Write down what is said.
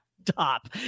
top